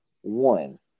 One